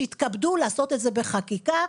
שיתכבדו לעשות את זה בחקיקה.